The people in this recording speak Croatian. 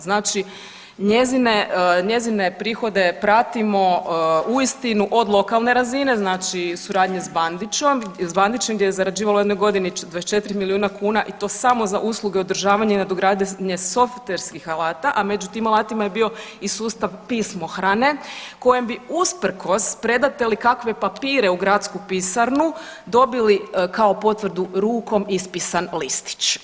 Znači njezine, njezine prihode pratimo uistinu od lokalne razine, znači suradnja s Bandićem gdje je zarađivala u jednoj godini 24 milijuna kuna i to samo za usluge održavanja i nadogradnje softverskih alata, a među tim alatima je bio i sustav pismohrane kojem bi usprkos predate li kakve papire u gradsku pisarnu dobili kao potvrdu rukom ispisani listić.